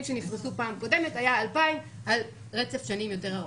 שנפרשו בפעם הקודם היו 2,000 על רצף שנים יותר ארוך.